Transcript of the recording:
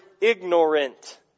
ignorant